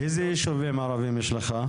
איזה ישובים ערבים יש לך?